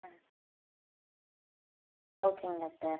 ஆ ஓகேங்க டாக்டர்